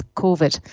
covid